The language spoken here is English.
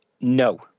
No